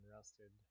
Rusted